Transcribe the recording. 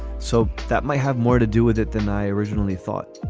so that may have more to do with it than i originally thought.